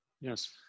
yes